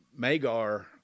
Magar